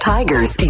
Tigers